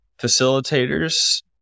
facilitators